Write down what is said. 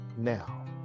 now